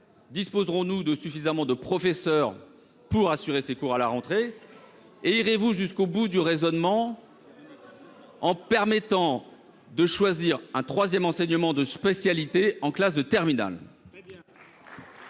disposerons-nous de suffisamment de professeurs pour assurer les cours à la rentrée ? Irez-vous au bout du raisonnement en permettant de choisir un troisième enseignement de spécialité en classe de terminale ?